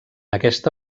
aquesta